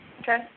Okay